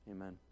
Amen